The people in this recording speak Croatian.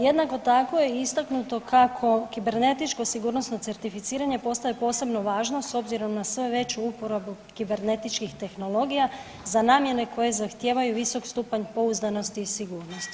Jednako tako je istaknuto kako kibernetičko sigurnosno certificiranje postaje posebno važno s obzirom na sve veću uporabu kibernetičkih tehnologija za namjene koje zahtijevaju visok stupanj pouzdanosti i sigurnosti.